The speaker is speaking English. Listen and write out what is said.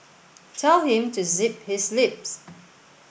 tell him to zip his lips